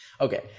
okay